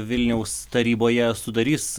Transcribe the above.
vilniaus taryboje sudarys